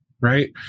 right